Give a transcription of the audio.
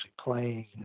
playing